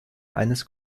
eines